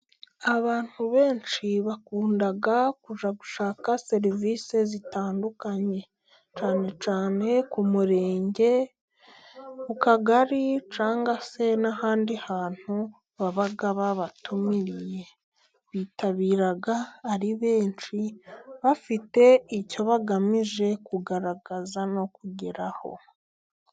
Abantu benshi bakunda kujya gushaka serivisi zitandukanye. Cyane cyane ku murenge, ku kagari cyangwa se n'ahandi hantu baba babatumiye, bitabira ari benshi bafite icyo bagamije kugaragaza no kugeraho.